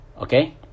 Okay